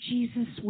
Jesus